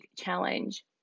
challenge